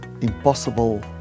Impossible